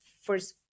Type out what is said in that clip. first